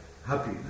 Happy